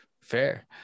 Fair